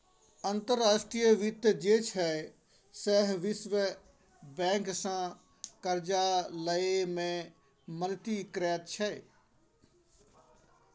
अंतर्राष्ट्रीय वित्त जे छै सैह विश्व बैंकसँ करजा लए मे मदति करैत छै